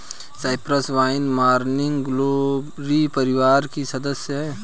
Cyprus vine morning glory परिवार की सदस्य हैं